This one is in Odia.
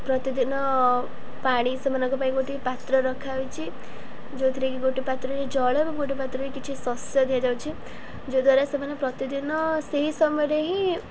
ପ୍ରତିଦିନ ପାଣି ସେମାନଙ୍କ ପାଇଁ ଗୋଟେ ପାତ୍ର ରଖାଯାଉଛି ଯେଉଁଥିରେ କି ଗୋଟେ ପାତ୍ରରେ ଜଳ ଏବଂ ଗୋଟେ ପାତ୍ରରେ କିଛି ଶସ୍ୟ ଦିଆଯାଉଛି ଯଦ୍ୱାରା ସେମାନେ ପ୍ରତିଦିନ ସେହି ସମୟରେ ହିଁ